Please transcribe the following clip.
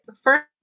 first